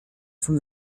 from